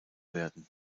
werden